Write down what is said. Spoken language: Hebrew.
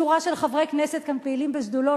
שורה של חברי כנסת כאן פעילים בשדולות,